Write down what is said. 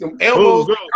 elbows